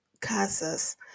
Casas